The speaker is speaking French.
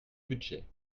budget